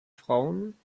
frauen